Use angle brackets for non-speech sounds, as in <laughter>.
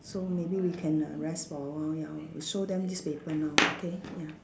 so maybe we can uh rest for a while ya we show them this paper now <noise> okay ya